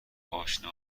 پاشنه